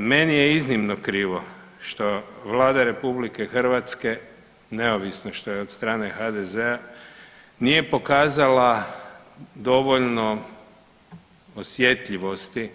Meni je iznimno krivo što Vlada RH neovisno što je od strane HDZ-a, nije pokazala dovoljno osjetljivosti